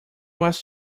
was